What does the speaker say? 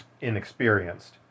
inexperienced